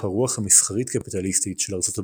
הרוח המסחרית-קפיטליסטית של ארצות הברית.